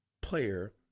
player